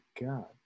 god